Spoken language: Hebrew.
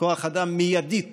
כוח אדם מיידית